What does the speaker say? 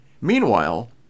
Meanwhile